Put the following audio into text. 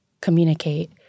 communicate